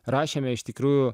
rašėme iš tikrųjų